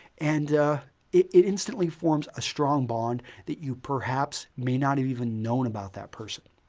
and it it instantly forms a strong bond that you perhaps may not have even known about that person.